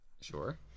Sure